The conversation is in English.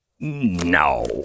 no